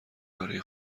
برای